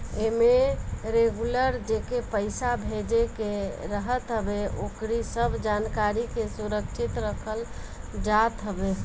एमे रेगुलर जेके पईसा भेजे के रहत हवे ओकरी सब जानकारी के सुरक्षित रखल जात हवे